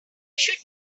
should